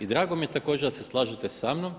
I drago mi je također da se slažete samnom